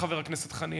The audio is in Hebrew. חבר הכנסת חנין,